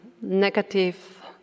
negative